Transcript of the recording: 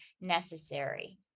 necessary